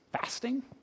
Fasting